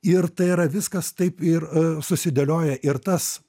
ir tai yra viskas taip ir susidėlioja ir tas